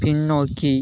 பின்னோக்கி